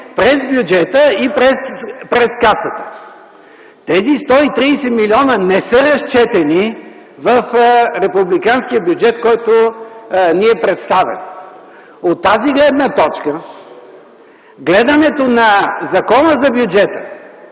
през бюджета и през Касата. Тези 130 милиона не са разчетени в Републиканския бюджет, който ни е представен. От тази гледна точка, гледането на Закона за бюджета